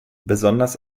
besonders